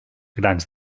grans